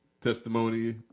testimony